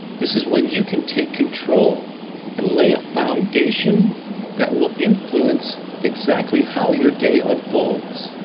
this is when you can take control and lay a foundation that will influence exactly how your day ah unfolds.